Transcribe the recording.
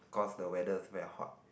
cause the weather is very hot